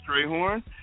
Strayhorn